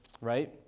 right